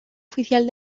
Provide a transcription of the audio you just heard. oficial